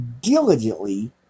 diligently